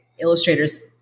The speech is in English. Illustrator's